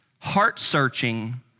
heart-searching